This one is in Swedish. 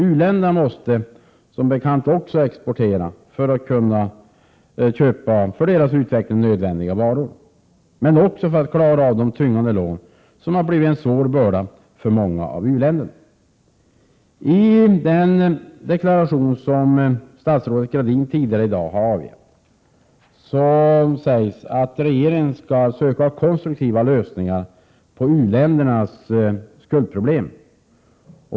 U-länderna måste som bekant också exportera för att kunna köpa för deras utveckling nödvändiga varor men också för att klara de betungande lån som har blivit en svår börda för många av dem. I den deklaration som statsrådet Gradin tidigare i dag avgav sägs att regeringen skall söka konstruktiva lösningar på u-ländernas skuldproblem.